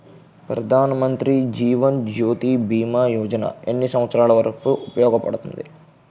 ప్రధాన్ మంత్రి జీవన్ జ్యోతి భీమా యోజన ఎన్ని సంవత్సారాలు వరకు ఉపయోగపడుతుంది?